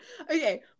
Okay